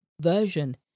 version